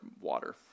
water